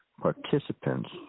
participants